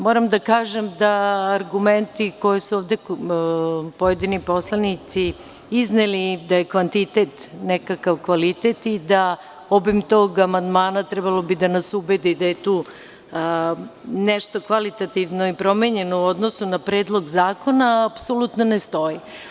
Moram da kažem da argumenti koji su ovde pojedini poslanici izneli, da je kvantitet nekakav kvalitet i da obim tog amandmana trebalo bi da nas ubede da je tu nešto kvalitativno i promenjeno u odnosu na Predlog zakona, apsolutno ne stoji.